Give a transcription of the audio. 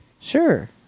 Sure